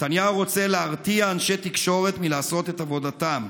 נתניהו רוצה להרתיע אנשי תקשורת מלעשות את עבודתם.